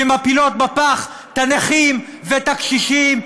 שמפילות בפח את הנכים ואת הקשישים,